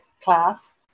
class